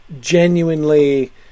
genuinely